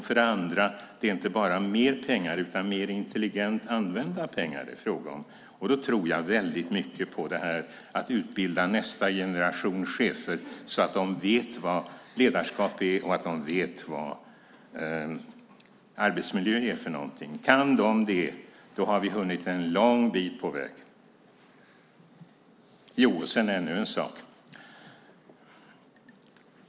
För det andra är det inte bara mer pengar utan mer intelligent använda pengar det är fråga om, och då tror jag väldigt mycket på att utbilda nästa generation chefer så att de vet vad ledarskap och arbetsmiljö är för något. Kan de det har vi kommit en lång bit på väg.